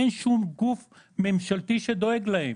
אין שום גוף ממשלתי שדואג להם.